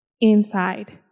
inside